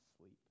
sleep